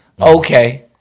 Okay